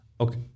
Okay